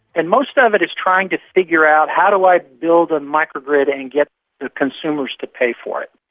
and most of of it is trying to figure out how do i build a micro-grid and and get the consumers to pay for it.